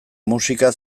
musika